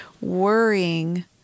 worrying